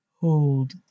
Hold